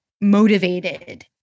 motivated